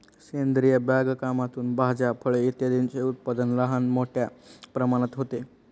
सेंद्रिय बागकामातून भाज्या, फळे इत्यादींचे उत्पादन लहान मोठ्या प्रमाणात होते